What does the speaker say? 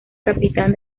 capitán